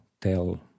tell